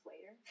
later